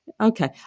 okay